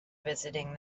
visiting